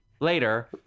later